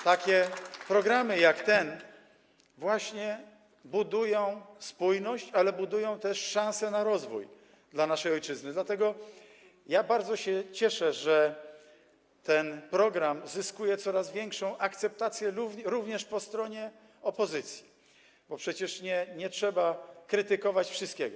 Takie programy jak ten właśnie budują spójność, ale budują też szanse na rozwój dla naszej ojczyzny, dlatego bardzo się cieszę, że ten program zyskuje coraz większą akceptację również po stronie opozycji - bo przecież nie trzeba krytykować wszystkiego.